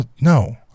No